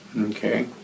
Okay